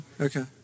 okay